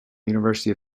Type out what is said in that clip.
university